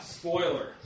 spoiler